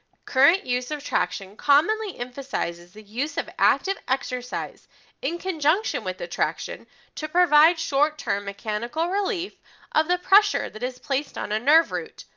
current use of traction commonly emphasizes the use of active exercise in conjunction with attraction to provide short-term mechanical relief of the pressure that is placed on a nerve root,